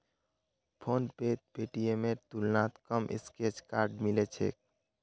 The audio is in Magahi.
फोनपेत पेटीएमेर तुलनात कम स्क्रैच कार्ड मिल छेक